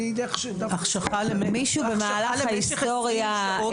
מישהו במהלך ההיסטוריה,